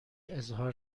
اظهار